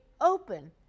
open